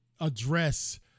address